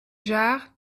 jard